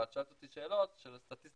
אבל את שואלת אותי שאלות של סטטיסטיקה